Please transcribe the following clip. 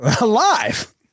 alive